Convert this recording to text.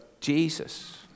Jesus